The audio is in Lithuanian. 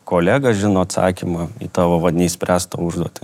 kolega žino atsakymą į tavo vat neišspręstą užduotį